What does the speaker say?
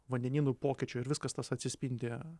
vandenynų pokyčių ir viskas tas atsispindi